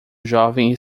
jovem